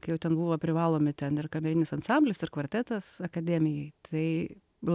kai jau ten buvo privalomi ten ir kamerinis ansamblis ir kvartetas akademijoj tai